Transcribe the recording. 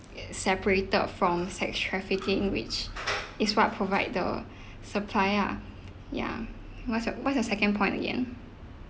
separated from sex trafficking which is what provide the supply ah ya what's what's your second point again